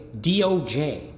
DOJ